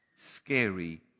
scary